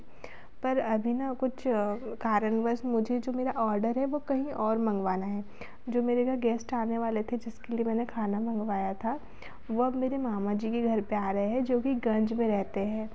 पर अभी ना कुछ कारणवश मुझे जो मेरा ऑर्डर है वह कहीं और मँगवाया है जो मेरे घर गेस्ट आने वाले थे जिसके लिए मैंने खाना मँगवाया था वह मेरे मामाजी के घर पर आ रहे हैं जो कि गंज में रहते है